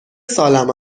سالم